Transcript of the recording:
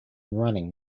running